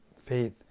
faith